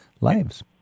lives